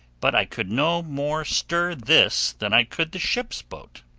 but i could no more stir this than i could the ship's boat.